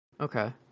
Okay